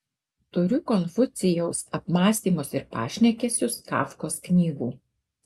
turiu konfucijaus apmąstymus ir pašnekesius kafkos knygų